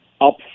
up